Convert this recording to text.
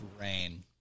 rain